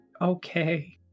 Okay